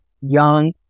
young